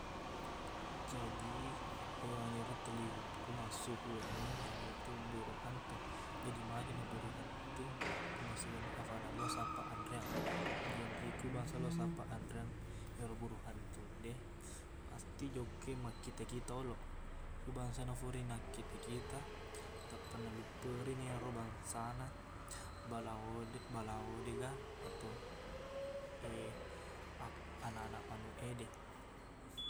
Jaji hewan ero telli ko massuq ko wenni, iyanaritu burung hantu. Jaji magana burung hantu ko masuk wenni, afaqna lo sappaq anreang. Jaji ko bangsa lo sappaq anreang, ero burung hantu de, pasti jokkai makkita-kita oloq. Ko bangsana fure nakkita-kita, tappa nalupperini ero bangsana balao de- balao de ga ato ak- ananak manuq ede.